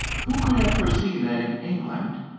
who could have foreseen that in england,